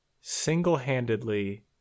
single-handedly